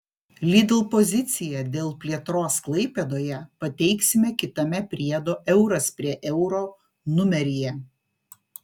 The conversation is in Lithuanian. lidl poziciją dėl plėtros klaipėdoje pateiksime kitame priedo euras prie euro numeryje